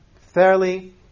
fairly